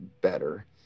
better